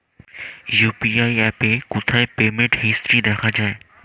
UPI অ্যাপে কোথায় payment history দেখা যায়?